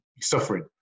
suffering